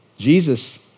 Jesus